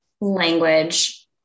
language